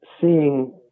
seeing